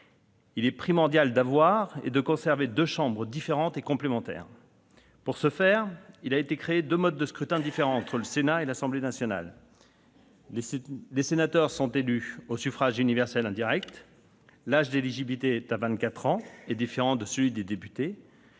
Il est primordial d'avoir et de conserver deux chambres différentes et complémentaires. Pour ce faire, deux modes de scrutin différents ont été instaurés pour le Sénat et l'Assemblée nationale. Les sénateurs sont élus au suffrage universel indirect, l'âge d'éligibilité est fixé à vingt-quatre ans et diffère de celui des députés.